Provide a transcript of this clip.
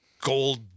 gold